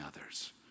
others